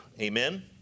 Amen